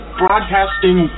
broadcasting